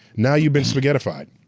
now you've been spaghettified.